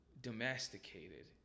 domesticated